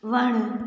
वणु